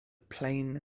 plain